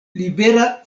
libera